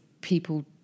people